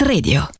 Radio